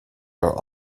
are